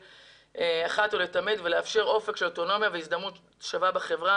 אחת ולתמיד ולאפשר אופק של אוטונומיה והזדמנות שווה בחברה,